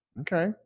Okay